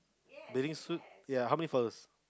bathing suit ya how many flowers